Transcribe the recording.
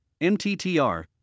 MTTR